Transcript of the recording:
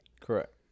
Correct